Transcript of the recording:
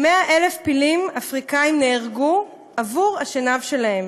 100,000 פילים אפריקניים נהרגו עבור השנהב שלהם.